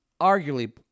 arguably